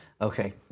okay